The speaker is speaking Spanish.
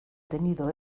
tenido